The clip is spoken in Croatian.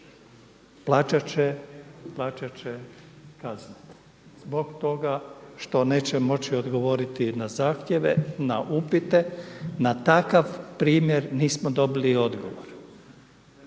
Plaćat će kaznu zbog toga što neće moći odgovoriti na zahtjeve na upite, na takav primjer nismo dobili odgovor.